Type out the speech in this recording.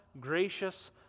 gracious